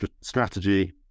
strategy